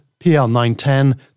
PL910